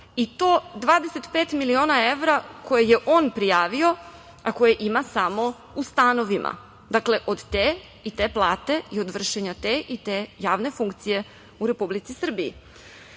i to 25 miliona evra koje je on prijavio, a koje ima samo u stanovima. Dakle, od te i te plate i od vršenja te i te javne funkcije u Republici Srbiji. Naravno